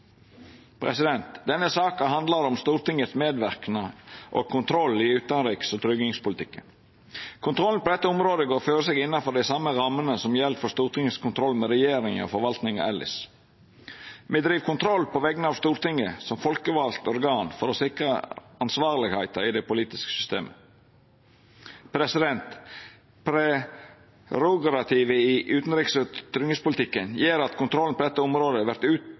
Denne saka handlar om Stortingets medverknad og kontroll i utanriks- og tryggingspolitikken. Kontrollen på dette området går føre seg innanfor dei same rammene som gjeld for Stortingets kontroll med regjeringa og forvaltninga elles. Me driv kontroll på vegner av Stortinget som folkevalt organ for å sikra ansvarlegheita i det politiske systemet. Prerogativet i utanriks- og tryggingspolitikken gjer at kontrollen på dette området vert